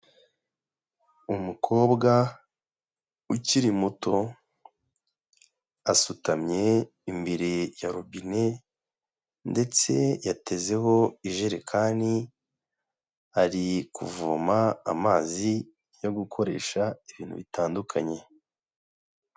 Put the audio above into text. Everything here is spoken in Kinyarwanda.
Umukobwa ukiri muto, asutamye imbere ya robine ndetse yatezeho ijerekani, ari kuvoma amazi yo gukoresha ibintu bitandukanye.